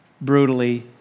brutally